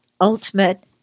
ultimate